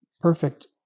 perfect